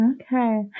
okay